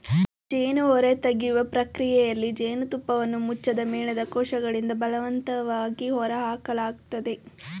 ಜೇನು ಹೊರತೆಗೆಯುವ ಪ್ರಕ್ರಿಯೆಯಲ್ಲಿ ಜೇನುತುಪ್ಪವನ್ನು ಮುಚ್ಚದ ಮೇಣದ ಕೋಶಗಳಿಂದ ಬಲವಂತವಾಗಿ ಹೊರಹಾಕಲಾಗ್ತದೆ